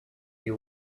you